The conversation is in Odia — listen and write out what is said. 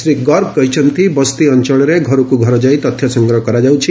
ଶ୍ରୀ ଗର୍ଗ କହିଛନ୍ତି ବସ୍ତି ଅଞ୍ଞଳରେ ଘରକ ଘର ଯାଇ ତଥ୍ୟ ସଂଗ୍ରହ କରାଯାଉଛି